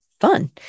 fun